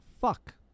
fuck